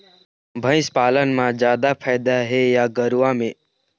भंइस पालन म जादा फायदा हे या गरवा में?